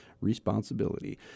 responsibility